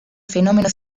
fenómeno